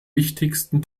wichtigsten